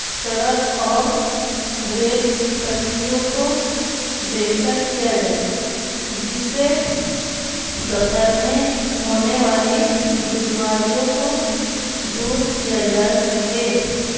سڑک اور ریل کی پٹریوں کو بہتر کیا جائے جس سے سفر میں ہونے والی دسواریوں کو دور کیا جا سکے